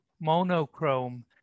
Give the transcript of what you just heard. monochrome